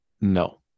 No